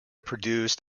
produced